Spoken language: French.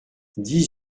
dix